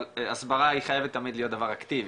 אבל הסברה תמיד חייבת להיות דבר אקטיבי,